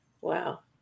Wow